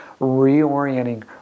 reorienting